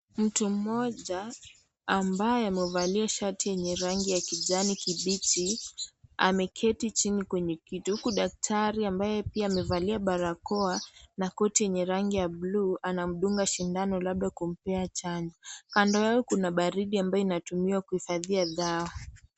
Mtu mmoja, ambaye amevalia shati yenye rangi ya kijani kibichi, ameketi chini kwenye kiti huku daktari ambaye pia amevalia barakoa, na kuti yenye rangi ya buluu, anamdunga sindano labda kumpea chanjo, kando yao kuna baridi ambayo inatumiwa kuhifadhia dawa.